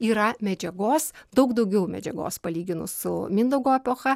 yra medžiagos daug daugiau medžiagos palyginus su mindaugo epocha